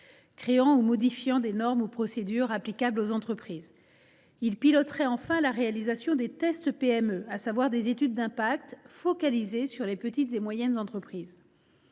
créant ou modifiant des normes ou procédures applicables aux entreprises. Il piloterait enfin la réalisation des « tests PME », c’est à dire des études d’impact focalisées sur les petites et moyennes entreprises.